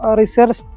research